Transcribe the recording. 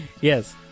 Yes